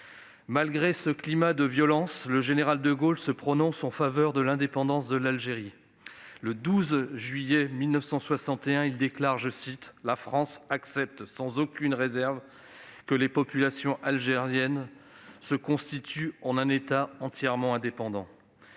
Malgré ce climat de violence, le général de Gaulle se prononce en faveur de l'indépendance de l'Algérie. Le 12 juillet 1961, il déclare :« La France accepte sans aucune réserve que les populations algériennes se constituent en un État entièrement indépendant. »